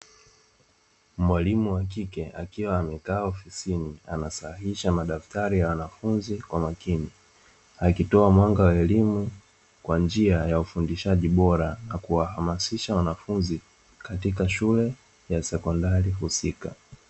Mwalimu wa kike akiwa amekaa ofisini anasahihisha madaftari ya wanafunzi kwa makini, akitoa mwanga wa elimu kwa njia ya ufundishaji bora, na kuwahamasisha wanafunzi katika shule ya sekondari husika.